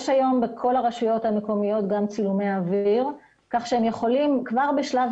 יש היום בכלל הרשויות המקומיות גם צילומי אוויר כך שהם יכולים כבר בשלב